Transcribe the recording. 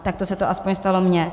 Takto se to aspoň stalo mně.